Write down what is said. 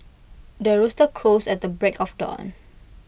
the rooster crows at the break of dawn